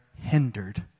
hindered